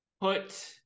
Put